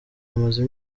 amaze